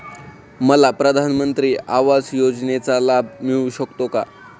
मला प्रधानमंत्री आवास योजनेचा लाभ मिळू शकतो का?